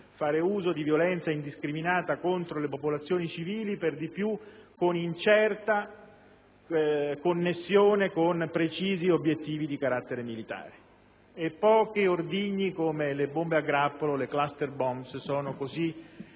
fare uso di violenza indiscriminata contro le popolazioni civili, per di più con incerta connessione con precisi obiettivi di carattere militare. Pochi ordigni come le bombe a grappolo, le *cluster bomb* sono così